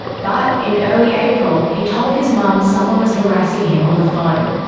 but in early april he told his mum someone was harassing him on the phone.